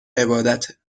عبادته